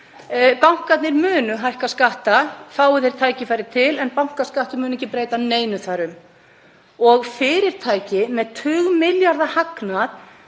Bankarnir munu hækka vexti fái þeir tækifæri til, en bankaskattur mun ekki breyta neinu þar um. Fyrirtæki með tugmilljarða hagnað